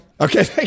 Okay